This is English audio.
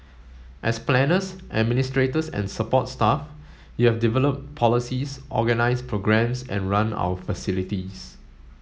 as planners administrators and support staff you have developed policies organised programmes and run our facilities